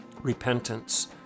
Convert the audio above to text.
Repentance